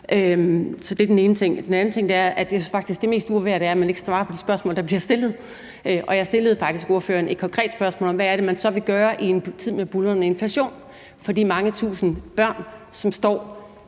nu. Det er den ene ting. Den anden ting er, at jeg faktisk synes, at det mest uværdige er, at man ikke svarer på de spørgsmål, der bliver stillet, og jeg stillede faktisk ordføreren et konkret spørgsmål om, hvad det så er, man i en tid med buldrende inflation vil gøre for de mange tusind børn, som står